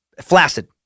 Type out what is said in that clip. Flaccid